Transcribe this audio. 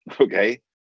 Okay